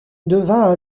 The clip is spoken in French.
devint